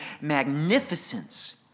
magnificence